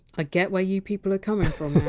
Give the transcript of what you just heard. ah get where you people are coming from